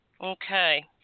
Okay